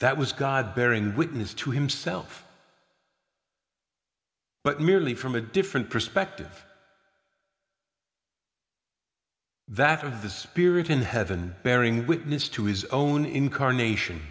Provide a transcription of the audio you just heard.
that was god bearing witness to himself but merely from a different perspective that of the spirit in heaven bearing witness to his own incarnation